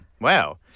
Wow